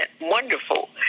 wonderful